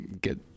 get